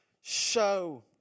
show